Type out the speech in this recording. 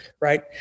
Right